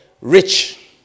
rich